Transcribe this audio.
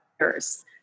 years